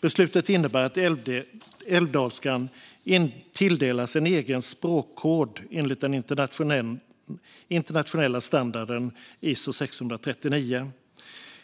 Beslutet innebär att älvdalskan tilldelas en egen språkkod enligt den internationella standarden ISO 639.